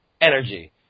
energy